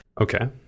okay